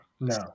No